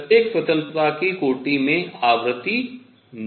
प्रत्येक स्वतंत्रता की कोटि में आवृत्ति होती है